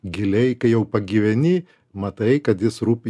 giliai kai jau pagyveni matai kad jis rūpi